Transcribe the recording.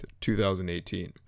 2018